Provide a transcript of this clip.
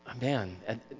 man